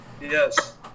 Yes